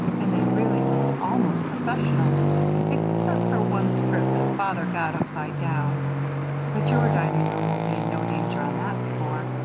and they really looked almost professional except for one strip that father got upside-down but your dining-room will be in no danger on that score,